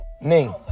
Ning